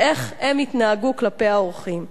ואיך הם התנהגו כלפי האורחים.